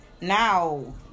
now